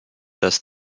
dass